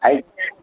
I T I